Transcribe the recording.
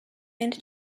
and